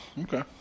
Okay